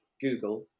Google